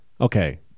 okay